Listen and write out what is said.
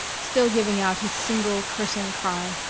still giving out his single cursing cry.